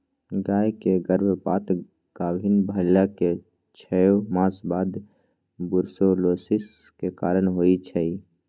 गाय के गर्भपात गाभिन् भेलाके छओ मास बाद बूर्सोलोसिस के कारण होइ छइ